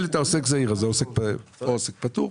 העוסק הזעיר הזה או עוסק פטור,